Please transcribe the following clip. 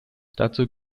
dazu